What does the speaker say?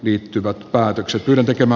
yhtyvät päätökset ylen tekemä